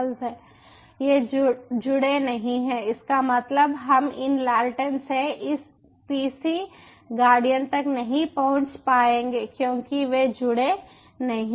ये जुड़े नहीं हैं इसका मतलब है हम इन लालटेन से इस पीसी गार्डियन तक नहीं पहुंच पाएंगे क्योंकि वे जुड़े नहीं हैं